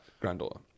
granddaughter